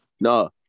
No